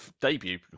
debut